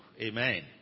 Amen